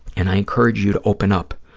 and i encourage you to open up.